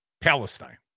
Palestine